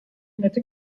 nette